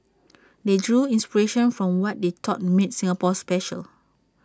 they drew inspiration from what they thought made Singapore special